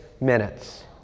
minutes